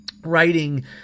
writing